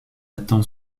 attend